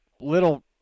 little